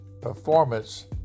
performance